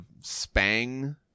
spang